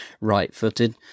right-footed